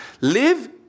Live